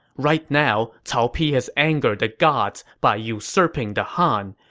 right now, cao pi has angered the gods by usurping the han.